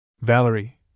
Valerie